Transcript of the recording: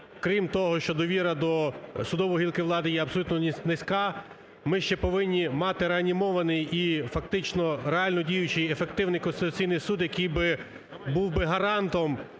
крім того, що довіра до судової гілки влади є абсолютно низька, ми повинні ще мати реанімований і фактично реально діючий, ефективний Конституційний Суд, який би був гарантом